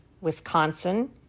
Wisconsin